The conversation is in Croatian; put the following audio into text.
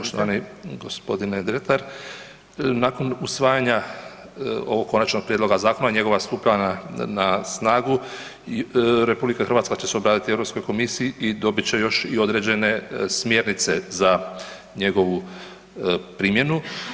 Poštovani g. Dretar, nakon usvajanja ovog konačnog prijedloga zakona i njegova stupanja na snagu, RH će se obratiti Europskoj komisiji i dobit će još i određene smjernice za njegovu primjenu.